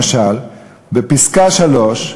למשל בפסקה (3),